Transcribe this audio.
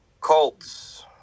Colts